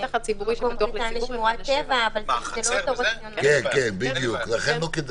4:1. כשאת מדברת על שמורת טבע --- לא בית הכנסת,